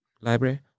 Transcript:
library